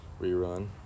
Rerun